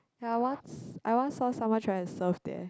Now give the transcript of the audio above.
ya I once I once saw someone trying to surf there